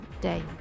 day